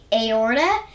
aorta